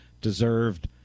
deserved